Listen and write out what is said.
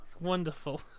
wonderful